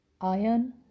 iron